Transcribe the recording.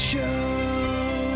Show